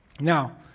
Now